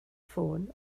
ffôn